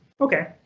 okay